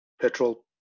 petrol